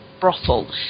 brothel